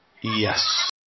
Yes